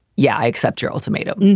yeah, i accept your ultimatum. hmm.